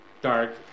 Dark